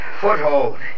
Foothold